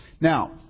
Now